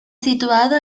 situado